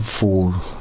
four